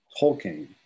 Tolkien